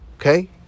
Okay